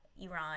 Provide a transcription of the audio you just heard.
iran